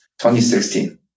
2016